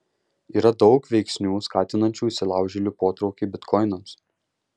yra daug veiksnių skatinančių įsilaužėlių potraukį bitkoinams